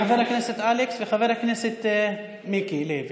חבר הכנסת אלכס וחבר הכנסת מיקי לוי.